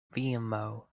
vimeo